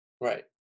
Right